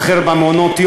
אתה לא יכול להסביר לי,